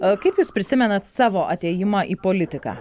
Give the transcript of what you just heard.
kaip jūs prisimenat savo atėjimą į politiką